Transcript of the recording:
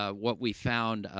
ah what we found, ah,